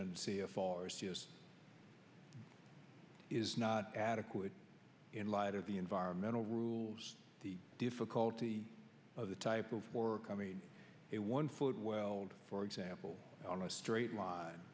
and see a farce is not adequate in light of the environmental rules the difficulty of the type of work coming in a one foot well for example on a straight line